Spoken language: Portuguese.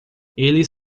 eles